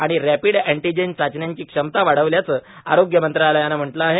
आणि rapid antigen चाचण्यांची क्षमता वाढवल्याचं आरोग्य मंत्रालयानं म्हटलं आहे